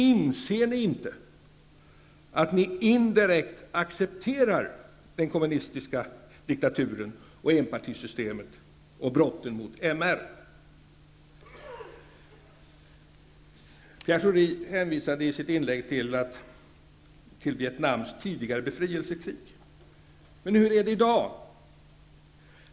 Inser ni inte att ni indirekt accepterar den kommunistiska diktaturen, enpartisystemet och brotten mot mänskliga rättigheter? Pierre Schori hänvisade i sitt inlägg till Vietnams tidigare befrielsekrig. Men hur är det i dag?